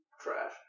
trash